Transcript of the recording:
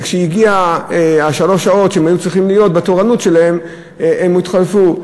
וכשעברו שלוש השעות שהם היו צריכים להיות בתורנות שלהם הם התחלפו.